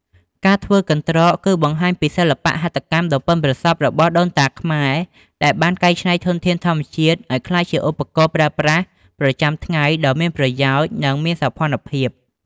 ការធ្វើកន្រ្តក គឺបង្ហាញពីសិល្បៈហត្ថកម្មដ៏ប៉ិនប្រសប់របស់ដូនតាខ្មែរ ដែលបានកែច្នៃធនធានធម្មជាតិឱ្យក្លាយជាឧបករណ៍ប្រើប្រាស់ប្រចាំថ្ងៃដ៏មានប្រយោជន៍ និងមានសោភ័ណភាព។